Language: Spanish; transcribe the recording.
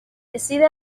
decide